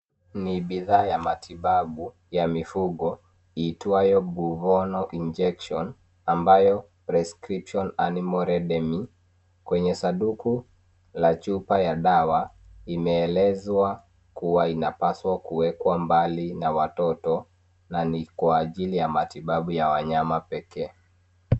Ni bidhaa ya matibabu ya mifugo iitwayo Buvonal Injection ambayo prescription animal redemy , kwenye sanduku la chupa la dawa imeelezwa kuwa inapaswa kuwekwa mabali na watoto na ni kwa ajili ya matibabu ya wanyama pekee.